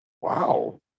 wow